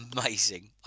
amazing